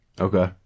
okay